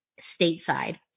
stateside